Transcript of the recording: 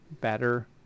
better